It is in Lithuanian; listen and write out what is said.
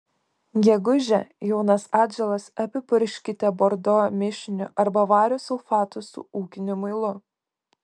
gegužę jaunas atžalas apipurkškite bordo mišiniu arba vario sulfatu su ūkiniu muilu